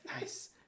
Nice